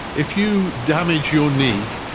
if you damage your knee,